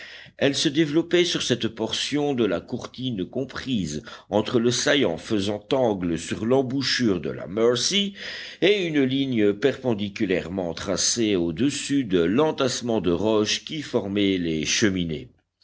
elle se développait sur cette portion de la courtine comprise entre le saillant faisant angle sur l'embouchure de la mercy et une ligne perpendiculairement tracée au-dessus de l'entassement de roches qui formaient les cheminées